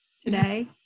today